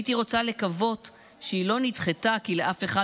הייתי רוצה לקוות שהיא לא נדחתה כי לאף אחד